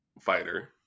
fighter